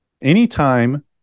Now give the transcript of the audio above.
Anytime